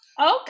Okay